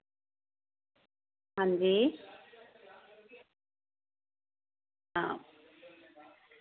आं जी